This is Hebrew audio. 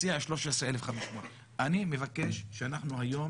הציע 13,500. אני מבקש שאנחנו היום